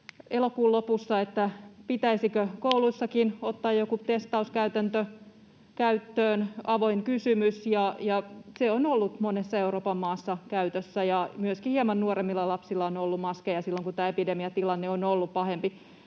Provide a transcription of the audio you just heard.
elokuun lopussa, pitäisikö kouluissakin ottaa joku testauskäytäntö käyttöön — avoin kysymys. Se on ollut monessa Euroopan maassa käytössä, ja myöskin hieman nuoremmilla lapsilla on ollut maskeja silloin, kun tämä epidemiatilanne on ollut pahempi.